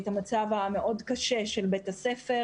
את המצב הקשה מאוד של בית הספר,